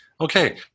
Okay